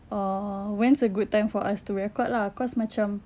err when is a good time for us to record lah cause macam